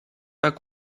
pas